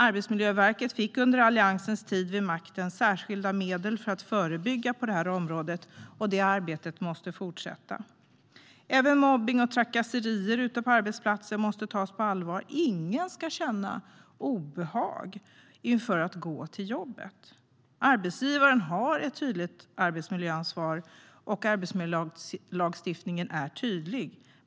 Arbetsmiljöverket fick under Alliansens tid vid makten särskilda medel för att förebygga på detta område. Det arbetet måste fortsätta. Även mobbning och trakasserier ute på arbetsplatser måste tas på allvar. Ingen ska känna obehag inför att gå till jobbet. Arbetsgivaren har ett tydligt arbetsmiljöansvar, och arbetsmiljölagstiftningen är tydlig.